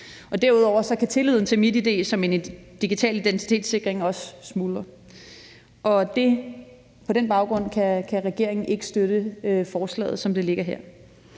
Derudover kan tilliden til MitID som en digital identitetssikring også smuldre. Og på den baggrund kan regeringen ikke støtte forslaget, som det ligger her.